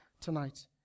tonight